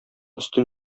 өстен